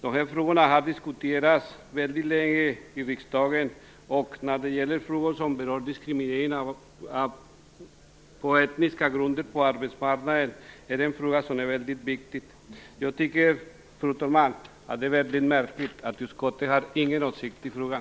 Dessa frågor har diskuterats väldigt länge i riksdagen. Frågan om diskriminering på arbetsmarknaden på etniska grunder är mycket viktig. Det är mycket märkligt att utskottet inte har någon åsikt i frågan.